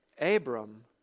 Abram